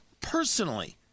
personally